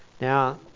Now